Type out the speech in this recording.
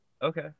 Okay